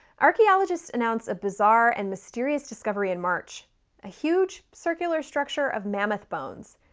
archaeologists announced a bizarre and mysterious discovery in march a huge circular structure of mammoth bones.